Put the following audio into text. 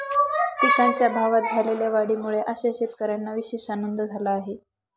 पिकांच्या भावात झालेल्या वाढीमुळे अशा शेतकऱ्यांना विशेष आनंद झाला आहे